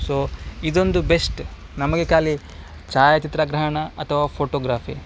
so ಇದೊಂದು best ನಮಗೆ ಖಾಲಿ ಛಾಯಾಚಿತ್ರಗ್ರಹಣ ಅಥವಾ ಫೋಟೋಗ್ರಾಫಿ